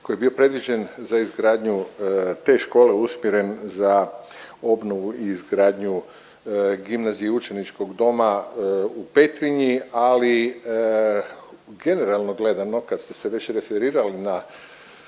koji je bio predviđen za izgradnju te škole usmjeren za obnovu i izgradnju gimnazije i učeničkog doma u Petrinji, ali generalno gledano kad ste se već referirali na